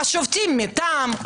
השופטים מטעם,